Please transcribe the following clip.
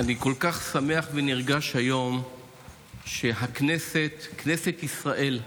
אני כל כך שמח ונרגש היום שהכנסת, כנסת ישראל,